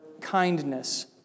kindness